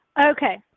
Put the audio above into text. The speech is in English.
Okay